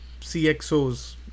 CXOs